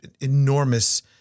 enormous